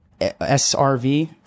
SRV